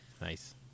Nice